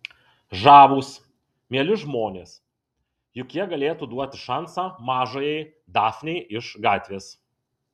žavūs mieli žmonės juk jie galėtų duoti šansą mažajai dafnei iš gatvės